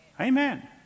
Amen